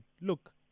look